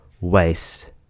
waste